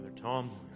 Tom